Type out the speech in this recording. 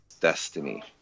destiny